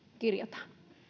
kirjataan